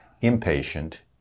impatient